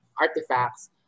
artifacts